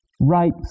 right